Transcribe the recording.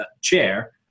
chair